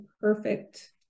perfect